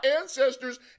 ancestors